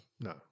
No